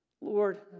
Lord